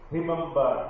Remember